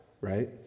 right